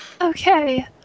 Okay